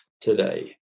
today